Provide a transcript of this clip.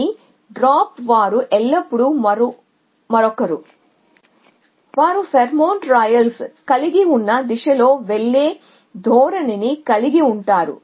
గాని డ్రాప్ వారు ఎల్లప్పుడూ మరొకరు వారు ఫేర్మోన్ ట్రయల్స్ కలిగి ఉన్న దిశలో వెళ్ళే ధోరణిని కలిగి ఉంటారు